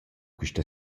quista